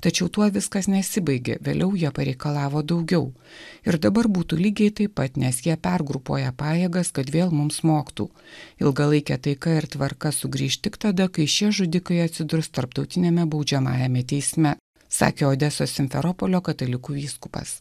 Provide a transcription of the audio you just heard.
tačiau tuo viskas nesibaigė vėliau jie pareikalavo daugiau ir dabar būtų lygiai taip pat neskiria pergrupuoja pajėgas kad vėl mums smogtų ilgalaikė taika ir tvarka sugrįš tik tada kai šie žudikai atsidurs tarptautiniame baudžiamajame teisme sakė odesos simferopolio katalikų vyskupas